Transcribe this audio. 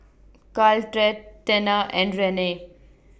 Caltrate Tena and Rene